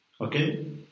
Okay